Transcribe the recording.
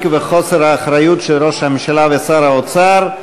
וחוסר האחריות של ראש הממשלה ושר האוצר.